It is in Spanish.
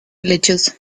lechoso